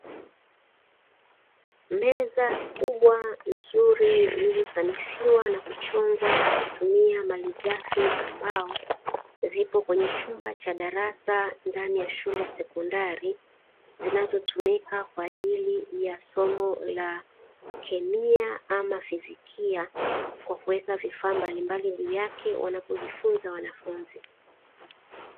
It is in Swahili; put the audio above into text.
Meza kubwa nzuri zilizosanifiwa na kuchongwa kwa kutumia malighafi za mbao. Zipo kwenye chumba cha darasa ndani ya shule ya sekondari, zinazotumika kwa ajili ya somo la kemia ama fizikia, kwa kuweka vifaa mbalimbali juu yake wanapojifunza wanafunzi.